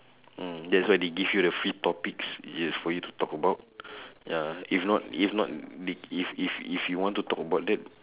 mm that's why they give you the free topics it is for you to talk about ya if not if not if if if you want to talk about that